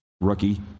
rookie